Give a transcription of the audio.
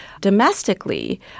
domestically